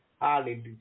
Hallelujah